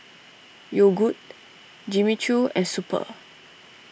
Yogood Jimmy Choo and Super